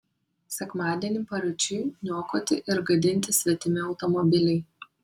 sekmadienį paryčiui niokoti ir gadinti svetimi automobiliai